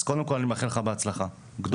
אז קודם כל אני מאחל לך בהצלחה גדולה,